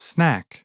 Snack